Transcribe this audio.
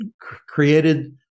created